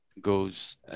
goes